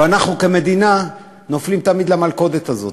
אבל אנחנו, כמדינה, נופלים תמיד למלכודת הזאת,